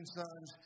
sons